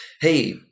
hey